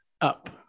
up